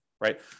right